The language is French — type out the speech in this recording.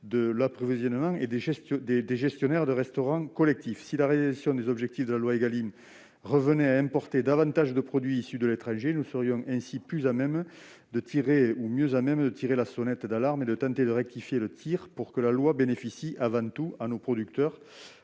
de l'approvisionnement par les gestionnaires de restaurants collectifs. Si la réalisation des objectifs de la loi Égalim revenait à importer davantage de produits étrangers, nous serions ainsi mieux à même de tirer la sonnette d'alarme et de tenter de rectifier le tir pour que la loi bénéficie avant tout à nos producteurs.